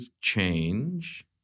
change